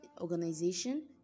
organization